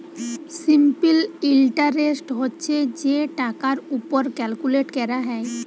simple interest হছে যে টাকার উপর ক্যালকুলেট ক্যরা হ্যয়